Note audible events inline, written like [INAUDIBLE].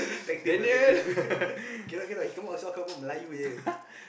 [BREATH] tag team ah tag team [LAUGHS] cannot cannot he come out also come out melayu